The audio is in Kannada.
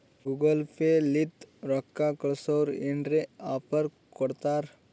ಗೂಗಲ್ ಪೇ ಲಿಂತ ರೊಕ್ಕಾ ಕಳ್ಸುರ್ ಏನ್ರೆ ಆಫರ್ ಕೊಡ್ತಾರ್